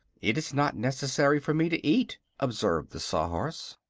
it is not necessary for me to eat, observed the saw-horse.